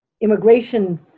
immigration